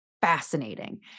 fascinating